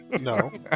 No